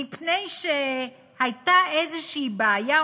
מפני שהייתה איזושהי בעיה,